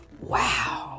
Wow